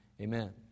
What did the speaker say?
Amen